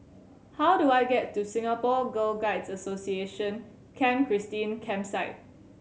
how do I get to Singapore Girl Guides Association Camp Christine Campsite